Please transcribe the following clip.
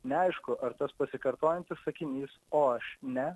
neaišku ar tas pasikartojantis sakinys o aš ne